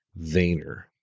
Vayner